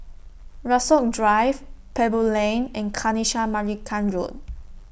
Rasok Drive Pebble Lane and Kanisha Marican Road